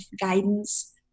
guidance